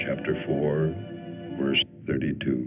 chapter four thirty two